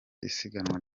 isiganwa